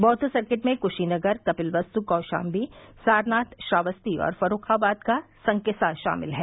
बौद्ध सर्किट में कुशीनगर कपिलवस्तु कौशाम्बी सारनाथ श्रावस्ती और फुर्रुखाबाद का संकिसा शामिल है